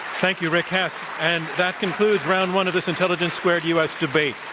thank you, rick hess. and that concludes round one of this intelligence squared u. s. debate,